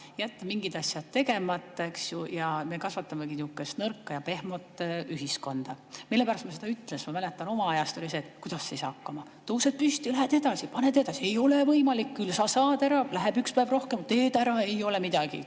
jätta mingid asjad tegemata. Me kasvatame niisugust nõrka ja pehmot ühiskonda. Mille pärast me seda ütlen? Sest ma mäletan oma ajast, oli see, et kuidas sa ei saa hakkama, tõused püsti ja lähed edasi, paned edasi. Ei ole võimalik? Küll sa saad, läheb üks päev rohkem, teed ära, ei ole midagi,